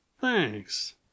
Thanks